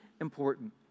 important